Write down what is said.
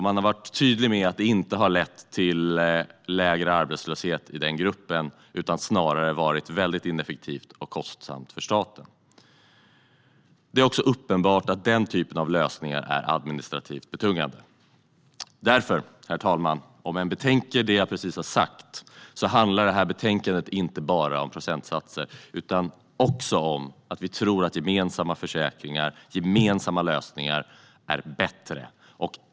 Man har varit tydlig med att detta inte har lett till lägre arbetslöshet i den gruppen utan snarare varit mycket ineffektivt och kostsamt för staten. Det är också uppenbart att den typen av lösningar är administrativt betungande. Herr talman! Om man betänker det som jag precis har sagt handlar detta betänkande inte bara om procentsatser utan också om att vi tror att gemensamma försäkringar och gemensamma lösningar är bättre.